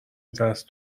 دست